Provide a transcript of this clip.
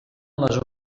les